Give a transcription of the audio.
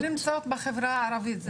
צריך למצוא בחברה הערבית.